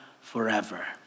forever